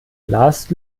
last